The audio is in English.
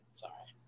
sorry